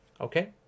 okay